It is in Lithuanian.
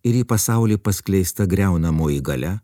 ir į pasaulį paskleista griaunamoji galia